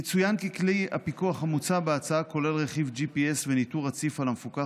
יצוין כי כלי הפיקוח המוצע בהצעה כולל רכיב GPS וניטור רציף על המפוקח,